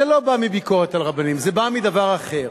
זה לא בא מביקורת על רבנים, זה בא מדבר אחר.